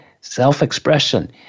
self-expression